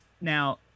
now